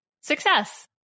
success